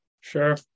Sure